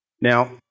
Now